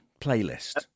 playlist